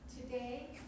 Today